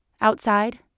Outside